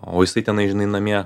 o jisai tenai žinai namie